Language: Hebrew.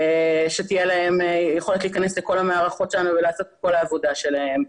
שתהיה להם יכולת להיכנס לכל המערכות שלנו ולעשות את כל העבודה שלהם.